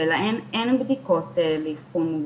אני יכולה להגיד שאני באמת נמצאת פה בזכות הגילוי המוקדם,